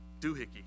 Doohickey